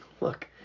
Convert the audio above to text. look